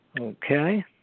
Okay